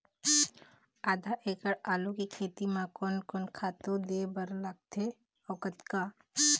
आधा एकड़ आलू के खेती म कोन कोन खातू दे बर लगथे अऊ कतका?